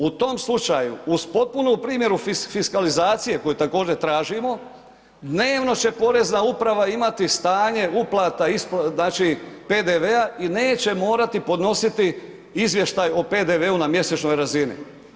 U tom slučaju, uz potpunu primjenu fiskalizacije koju također tražimo, dnevno će porezna uprava imati stanje uplata, isplata, znači PDV-a i neće morati podnositi izvještaj o PDV-u na mjesečnoj razini.